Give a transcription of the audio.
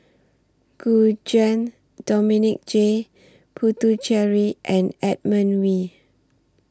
Gu Juan Dominic J Puthucheary and Edmund Wee